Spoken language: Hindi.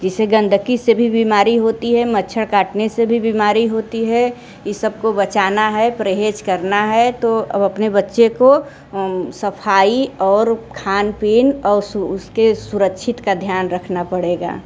जिसे गंदगी से भी बीमारी होती है मच्छर काटने से भी बीमारी होती है सबको बचाना है परहेज करना है तो अब अपने बच्चों को सफाई और खान पीन और उसके सुरक्षित का ध्यान रखना पड़ेगा